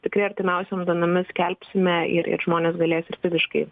tikrai artimiausioms duomenimis skelbsime ir ir žmonės galės ir fiziškai